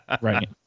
Right